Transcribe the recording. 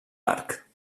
arc